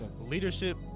Leadership